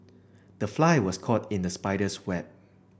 the fly was caught in the spider's web